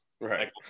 right